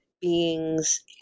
beings